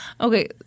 Okay